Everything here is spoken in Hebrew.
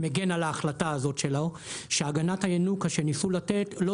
בא להגן על ההחלטה שלו אמרנו שהגנת הינוקא שניסו לתת לא